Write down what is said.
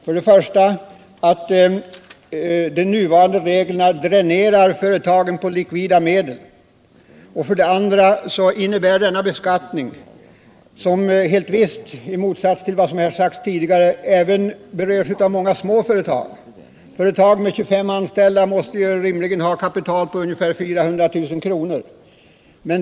För det första dränerar nuvarande regler företagen på likvida medel. Och för det andra gäller beskattningen, i motsats till vad som sagts här tidigare, även många små företag. Företag med 25 anställda måste rimligen ha ett kapital på låt oss säga 400 000 kr.